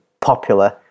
popular